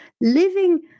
living